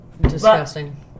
disgusting